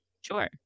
Sure